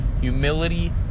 Humility